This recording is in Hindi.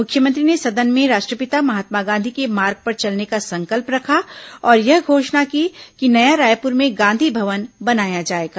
मुख्यमंत्री ने सदन में राष्ट्रपिता महात्मा गांधी के मार्ग पर चलने का संकल्प रखा और यह घोषणा की कि नया रायपुर में गांधी भवन बनाया जाएगा